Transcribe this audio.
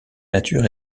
nature